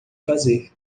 fazer